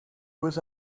with